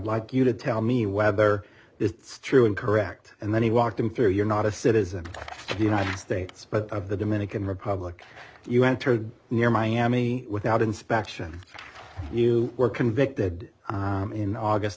like you to tell me whether it's true and correct and then he walked him through you're not a citizen of the united states but of the dominican republic you entered near miami without inspection you were convicted in august